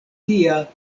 tia